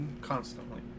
constantly